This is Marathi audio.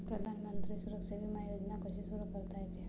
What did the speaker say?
प्रधानमंत्री सुरक्षा विमा योजना कशी सुरू करता येते?